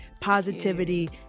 Positivity